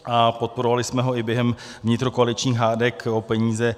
A podporovali jsme ho i během vnitrokoaličních hádek o peníze.